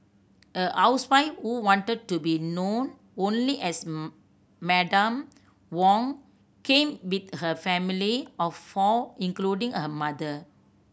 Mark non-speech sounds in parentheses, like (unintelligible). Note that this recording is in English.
a housewife who wanted to be known only as (unintelligible) Madam Wong came with her family of four including her mother